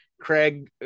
Craig